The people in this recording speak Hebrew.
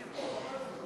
נתקבל.